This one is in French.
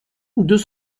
deux